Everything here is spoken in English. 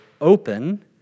open